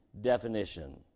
definition